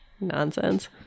Nonsense